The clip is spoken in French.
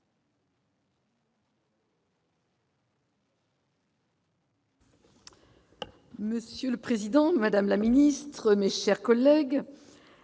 Monsieur le président, madame la ministre, mes chers collègues,